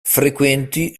frequenti